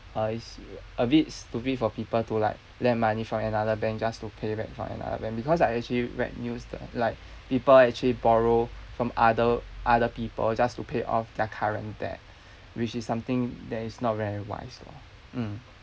uh it's a bit stupid for people to like lend money from another bank just to pay back from another bank because I actually read news that like people actually borrow from other other people just to pay off their current debt which is something that is not very wise lor mm